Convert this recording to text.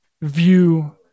view